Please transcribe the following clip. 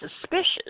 suspicious